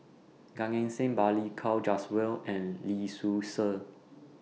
Gan Eng Seng Balli Kaur Jaswal and Lee Seow Ser